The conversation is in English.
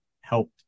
helped